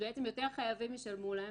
יותר חייבים ישלמו להם,